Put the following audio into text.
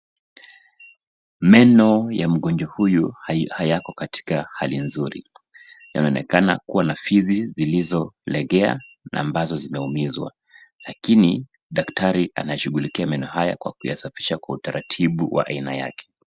Meno ya mgonjwa huyu yanaonekana hayako katika hali nzuri. Yanaonekana kuwa na fizi ambazo zimeumizwa lakini daktari anashughulia meno haya kwa kushughukia meno haya kwa kuyasafisha kwa utaratibu aina wake.